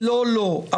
לא לא.